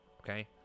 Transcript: okay